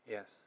Yes